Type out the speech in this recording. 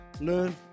learn